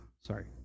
Sorry